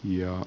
joo